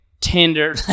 Tinder